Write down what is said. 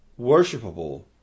worshipable